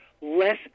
less